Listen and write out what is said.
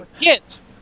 Kids